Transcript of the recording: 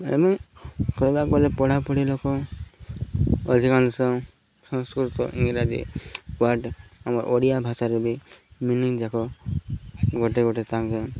ଏବଂ କହିବାକୁ ଗଲେ ପଢ଼ା ପଢ଼ି ଲୋକ ଅଧିକାଂଶ ସଂସ୍କୃତ ଇଂରାଜୀ ୱାର୍ଡ଼ ଆମର ଓଡ଼ିଆ ଭାଷାରେ ବି ମିନିଙ୍ଗ ଯାକ ଗୋଟେ ଗୋଟେ ତାଙ୍କ